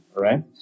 Right